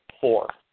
Four